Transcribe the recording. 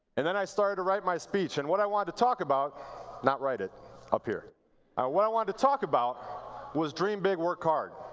and then i started to write my speech and what i wanted to talk about not write it up here. and what i wanted to talk about was dream big work hard.